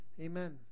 amen